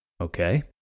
Okay